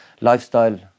lifestyle